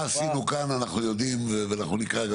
עשינו כאן אנחנו יודעים ואנחנו נקרא,